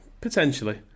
Potentially